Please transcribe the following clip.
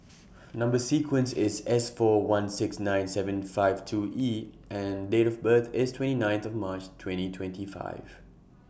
Number sequence IS S four one six nine seven five two E and Date of birth IS twenty ninth of March twenty twenty five